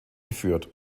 geführt